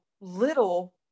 little